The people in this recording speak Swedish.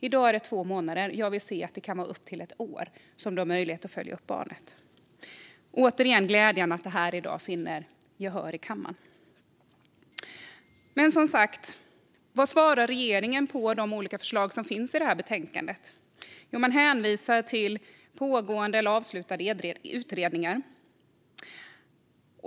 I dag är det två månader. Jag vill se att det kan vara upp till ett år som man har möjlighet att följa upp barnet. Det är, återigen, glädjande att detta i dag vinner gehör i kammaren. Men vad svarar regeringen när det gäller de förslag som finns i betänkandet? Jo, man hänvisar till pågående eller avslutade utredningar.